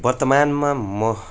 वर्तमानमा म